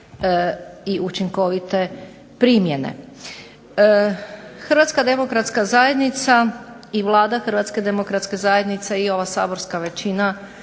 Hrvatska demokratska zajednica i Vlada Hrvatske demokratske zajednice i ova saborska većina